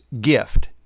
gift